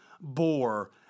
bore